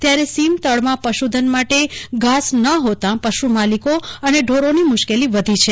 ત્યારે સીમતળમાં પશુધન માટે ઘાસ ન હોતાં પશુ માલિકો અને ઢોરોની મુશ્કેલી વધી છે